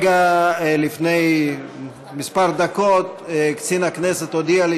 לפני דקות מספר קצין הכנסת הודיע לי